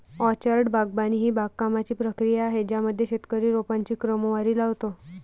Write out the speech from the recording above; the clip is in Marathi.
ऑर्चर्ड बागवानी ही बागकामाची प्रक्रिया आहे ज्यामध्ये शेतकरी रोपांची क्रमवारी लावतो